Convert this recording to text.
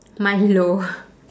milo